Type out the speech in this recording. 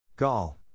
Gall